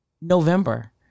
November